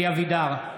(קורא בשמות חברי הכנסת) אלי אבידר,